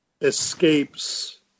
escapes